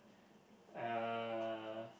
uh